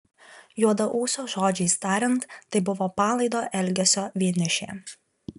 juodaūsio žodžiais tariant tai buvo palaido elgesio vienišė